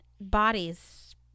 bodies